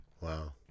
Wow